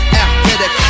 athletic